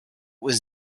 was